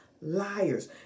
liars